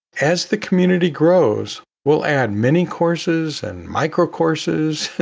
as the community grows, we'll add mini courses and micro courses,